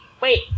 Wait